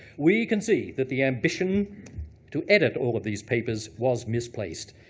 we can see that the ambition to edit all of these papers was misplaced.